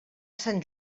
sant